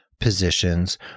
positions